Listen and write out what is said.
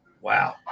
Wow